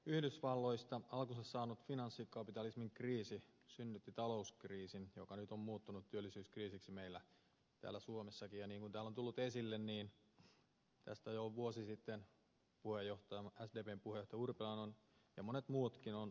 yhdysvalloista alkunsa saanut finanssikapitalismin kriisi synnytti talouskriisin joka nyt on muuttunut työllisyyskriisiksi meillä täällä suomessakin ja niin kuin täällä on tullut esille tästä jo vuosi sitten sdpn puheenjohtaja urpilainen ja monet muutkin ovat varoittaneet